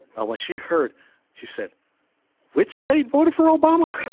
well what she heard she said which state voted for obama